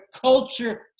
culture